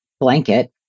blanket